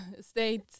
state